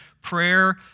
prayer